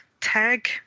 tag